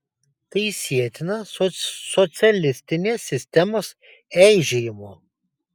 tai sietina su socialistinės sistemos eižėjimu